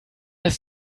ist